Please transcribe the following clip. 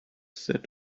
set